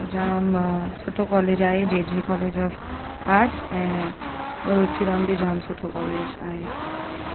जामु सुठो कॉलेज आहे जे जे कॉलेज ऑफ आर्ट्स ऐं रुची राम बि जामु सुठो कॉलेज आहे